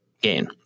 gain